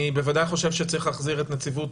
אני בוודאי חושב שצריך להחזיר את נציבות